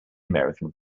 american